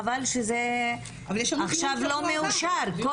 חבל שזה עכשיו לא מאושר.